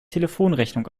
telefonrechnung